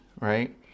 right